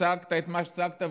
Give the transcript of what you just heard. צעקת את מה שצעקת,